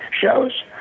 shows